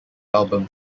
album